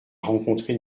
rencontré